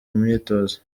myitozo